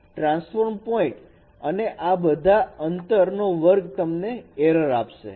transform point અને આ બધા અંતર નો વર્ગ તમને એરર આપશે